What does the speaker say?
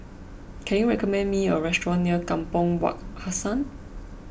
can you recommend me a restaurant near Kampong Wak Hassan